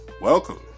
Welcome